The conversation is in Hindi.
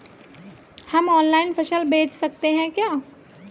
हम ऑनलाइन फसल बेच सकते हैं क्या?